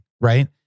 right